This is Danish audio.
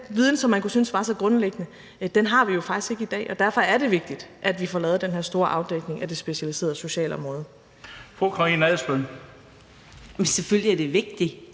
viden, som man kunne synes var så grundlæggende, har vi jo faktisk ikke i dag, og derfor er det vigtigt, at vi får lavet den her store afdækning af det specialiserede socialområde. Kl. 19:01 Den fg. formand (Bent